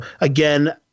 again